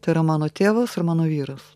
tai yra mano tėvas ir mano vyras